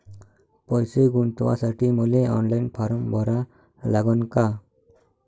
पैसे गुंतवासाठी मले ऑनलाईन फारम भरा लागन का?